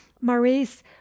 maurice